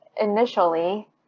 initially